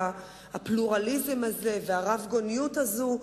אני חושבת שהפלורליזם הזה והרבגוניות הזאת,